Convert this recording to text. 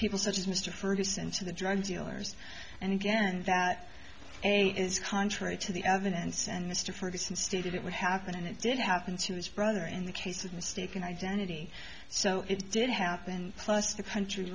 people such as mr ferguson to the drug dealers and again that is contrary to the evidence and mr ferguson stated it would happen and it did happen to his brother in the case of mistaken identity so it did happen plus the country